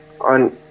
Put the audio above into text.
on